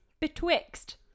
betwixt